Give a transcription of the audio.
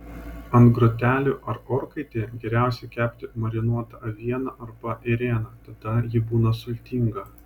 ant grotelių ar orkaitėje geriausiai kepti marinuotą avieną arba ėrieną tada ji būna sultinga